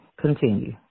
continue